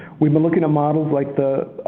we've been looking at models like the